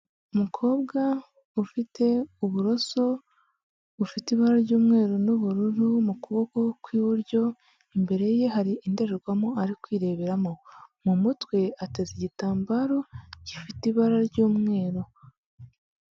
Umukobwa ufite uburoso bufite ibara ry'umweru n'ubururu mu kuboko kw'iburyo, imbere ye hari indorerwamo ari kwireberamo, mu mutwe ateze igitambaro gifite ibara ry'umweru.